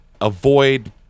avoid